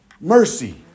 mercy